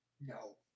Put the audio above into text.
No